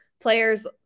players